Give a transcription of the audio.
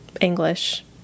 english